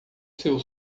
seu